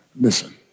listen